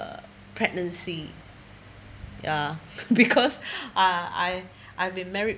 uh the pregnancy ya because I I I've been married